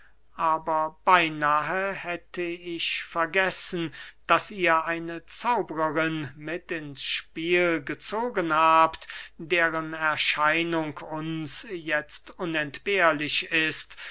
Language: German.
aber beynahe hätte ich vergessen daß ihr eine zauberin mit ins spiel gezogen habt deren erscheinung uns jetzt unentbehrlich ist